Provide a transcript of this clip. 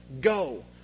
Go